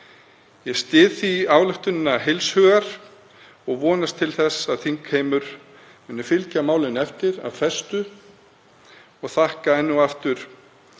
Ég styð því ályktunina heils hugar og vonast til þess að þingheimur muni fylgja málinu eftir af festu. Enn og aftur